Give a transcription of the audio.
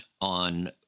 on